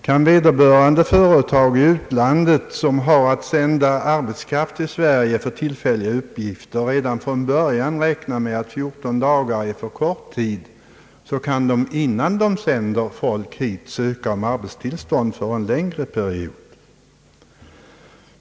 Om vederbörande företag i utlandet, som skall sända arbetskraft till Sverige för tillfälliga uppgifter, redan från början kan räkna med att 14 dagar är för kort tid, kan arbetstillstånd för en längre tid sökas redan innan arbetarna sänds till Sverige.